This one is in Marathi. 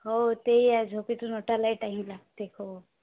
हो ते ही आहे झोपेतून उठायलाही टाईम लागते खूप